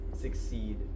succeed